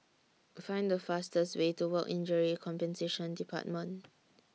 Find The fastest Way to Work Injury Compensation department